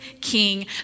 king